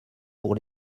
pour